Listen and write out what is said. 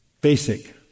Basic